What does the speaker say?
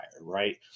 right